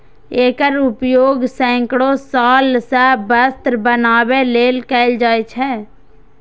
एकर उपयोग सैकड़ो साल सं वस्त्र बनबै लेल कैल जाए छै